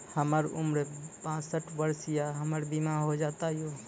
हमर उम्र बासठ वर्ष या हमर बीमा हो जाता यो?